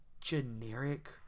generic